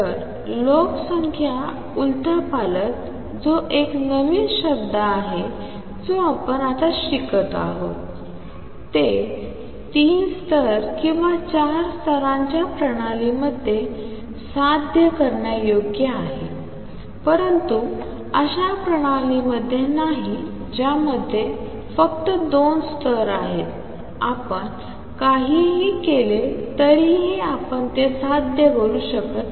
तर लोकसंख्या उलथापालथ जो एक नवीन शब्द आहे जो आपण आता शिकत आहात ते तीन स्तर किंवा चार स्तरांच्या प्रणालीमध्ये साध्य करण्यायोग्य आहे परंतु अशा प्रणालीमध्ये नाही ज्यामध्ये फक्त दोन स्तर आहेत आपण काहीही केले तरीही आपण ते साध्य करू शकत नाही